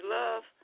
love